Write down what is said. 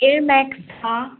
air Max छ